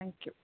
thank you